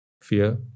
fear